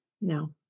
No